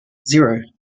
zero